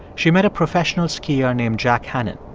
she met a professional skier named jack hannan.